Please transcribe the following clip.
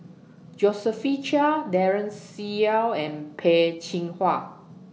Josephine Chia Daren Shiau and Peh Chin Hua